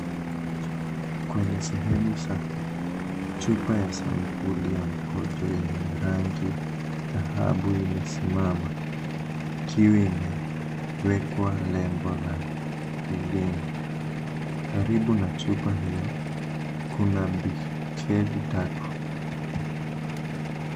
Kwenye sehemu safi, chupa ya sampuli ya mkojo yenye rangi dhahabu imesimama, ikiwa imewekwa lebo la urine . Karibu na chupa hio kuna bikeli tatu.